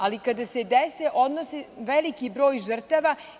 Ali, kada se dese, odnose veliki broj žrtava.